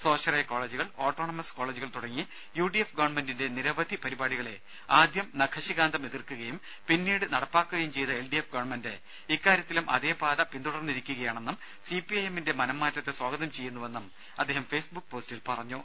സ്വാശ്രയ കോളജുകൾഓട്ടോണമസ് കോളജുകൾ തുടങ്ങി യു ഡി എഫ് ഗവൺമെന്റിന്റെ നിരവധി പരിപാടികളെ ആദ്യം നഖശിഖാന്തം എതിർക്കുകയും പിന്നീട് നടപ്പാക്കുകയും ചെയ്ത എൽ ഡി എഫ് ഗവൺമെന്റ് ഇക്കാര്യത്തിലും അതേപാത പിൻതുടർന്നിരിക്കുകയാണെന്നും സി പി ഐ എമ്മിന്റെ മനംമാറ്റത്തെ സ്വാഗതം ചെയ്യുന്നുവെന്നും അദ്ദേഹം ഫേസ്ബുക്ക് പോസ്റ്റിൽ പറഞ്ഞു